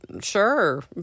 sure